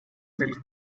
del